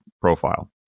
profile